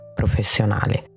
professionale